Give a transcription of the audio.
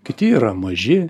kiti yra maži